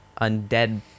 undead